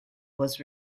was